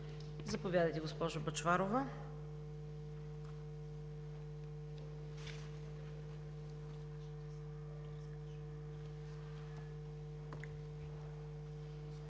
Заповядайте, госпожо Бъчварова.